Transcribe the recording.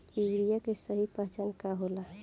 Urea के सही पहचान का होला?